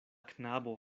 knabo